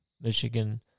Michigan